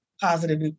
positive